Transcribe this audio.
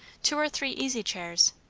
two or three easy-chairs,